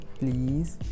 please